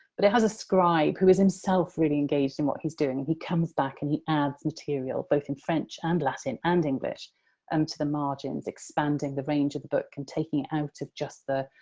but it has a scribe who is himself really engaged in what he's doing. he comes back and he adds material both in french and latin and english um to the margins, expanding the range of the book and taking it out of just the,